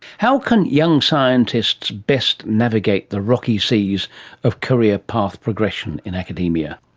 how can young scientists best navigate the rocky seas of career path progression in academia?